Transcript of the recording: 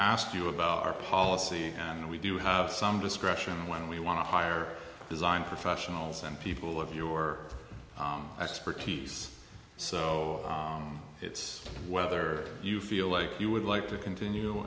ask you about our policy and we do have some discretion when we want to hire design professionals and people of your expertise so it's whether you feel like you would like to continue